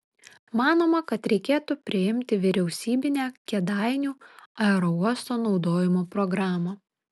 manoma kad reikėtų priimti vyriausybinę kėdainių aerouosto naudojimo programą